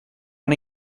han